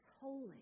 holy